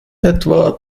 etwa